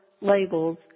labels